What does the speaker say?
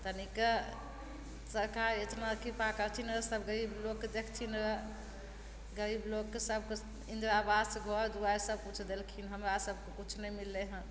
तनी कऽ सरकार एतना कृपा करथिन सब गरीब लोकके देखथिन गरीब लोकके सबके इन्दिरा आवास घर दुआरि सब किछु देलखिन हमरा सबके किछु नहि मिललय हँ